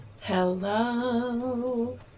Hello